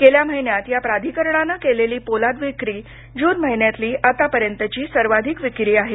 गेल्या महिन्यात या प्राधिकरणानं केलेली पोलाद विक्री जून महिन्यातली आतापर्यंतची सर्वाधिक विक्री आहे